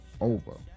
over